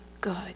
good